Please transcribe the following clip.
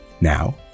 Now